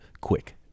quick